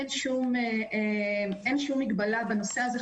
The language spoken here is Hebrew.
אין שום מגבלה בנושא הזה.